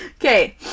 Okay